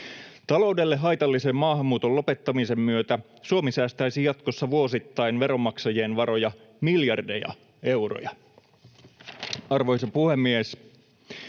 Taloudelle haitallisen maahanmuuton lopettamisen myötä Suomi säästäisi jatkossa vuosittain veronmaksajien varoja miljardeja euroja. Arvoisa puhemies!